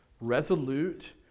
resolute